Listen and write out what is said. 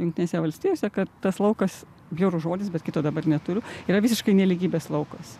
jungtinėse valstijose kad tas laukas bjaurus žodis bet kito dabar neturiu yra visiškai nelygybės laukas